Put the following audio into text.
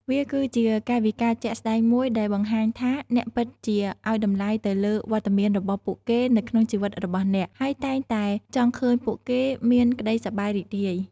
វាគឺជាកាយវិការជាក់ស្ដែងមួយដែលបង្ហាញថាអ្នកពិតជាឲ្យតម្លៃទៅលើវត្តមានរបស់ពួកគេនៅក្នុងជីវិតរបស់អ្នក ហើយតែងតែចង់ឃើញពួកគេមានក្ដីសប្បាយរីករាយ។